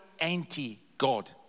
anti-God